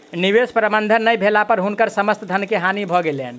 निवेश प्रबंधन नै भेला पर हुनकर समस्त धन के हानि भ गेलैन